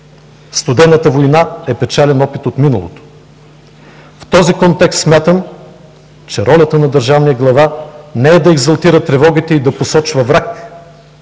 Студената война е печален опит от миналото. В този контекст смятам, че ролята на държавния глава не е да екзалтира тревогите и да посочва враг,